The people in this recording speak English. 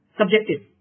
subjective